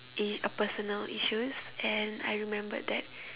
a a personal issues and I remembered that